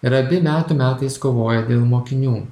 ir abi metų metais kovojo dėl mokinių